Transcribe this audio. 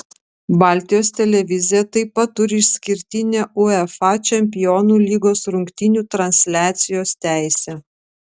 baltijos televizija taip pat turi išskirtinę uefa čempionų lygos rungtynių transliacijos teisę